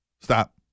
stop